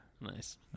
Nice